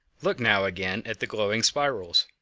look now again at the glowing spirals.